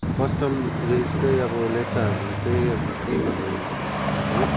कस्टम्सहरूले त्यही अब लेप्चाहरू चाहिँ अब के भन्नु भने